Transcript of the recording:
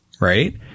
right